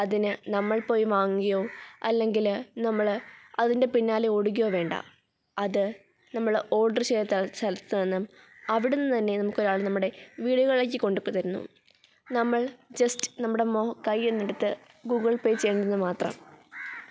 അതിന് നമ്മൾ പോയി വാങ്ങുകയോ അല്ലെങ്കില് നമ്മള് അതിൻ്റെ പിന്നാലെ ഓടുകയോ വേണ്ട അത് നമ്മള് ഓഡർ ചെയ്ത സ്ഥ സ്ഥലത്ത് നിന്നും അവിടുന്ന് തന്നെ നമുക്കൊരാൾ നമ്മുടെ വീടുകളിലേക്ക് കൊണ്ടിപ്പോള് തരുന്നു നമ്മൾ ജസ്റ്റ് നമ്മുടെ മോ കയ്യൊന്നെടുത്ത് ഗൂഗിൾ പേ ചെയ്യണമെന്ന് മാത്രം